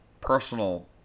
personal